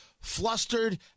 flustered